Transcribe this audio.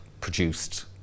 produced